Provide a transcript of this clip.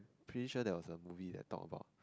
pretty sure there was a movie that talked about